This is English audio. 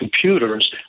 computers